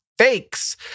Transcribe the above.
fakes